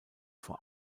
vor